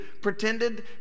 pretended